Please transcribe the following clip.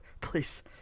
Please